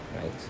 right